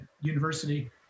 university